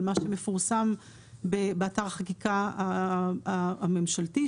על מה שמפורסם באתר החקיקה הממשלתי,